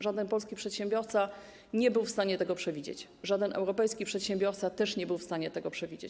Żaden polski przedsiębiorca nie był w stanie tego przewidzieć, żaden europejski przedsiębiorca również nie był w stanie tego przewidzieć.